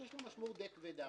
שיש לו משמעות די כבדה,